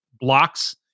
blocks